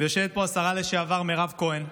יושבת פה השרה לשעבר מירב כהן,